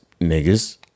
niggas